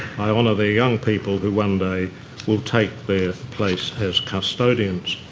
i honour the young people who one day will take their place as custodians.